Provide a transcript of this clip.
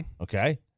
Okay